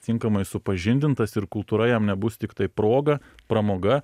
tinkamai supažindintas ir kultūra jam nebus tiktai proga pramoga